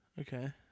Okay